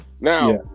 Now